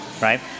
right